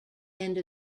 end